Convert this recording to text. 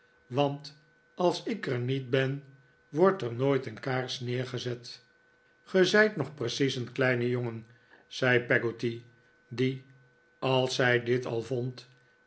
want als ik er niet ben wordt er nooit een kaars neergezet ge zijt nog precies een kleine jongen zei peggotty die als zij dit al vond